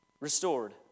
Restored